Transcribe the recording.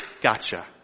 Gotcha